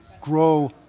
grow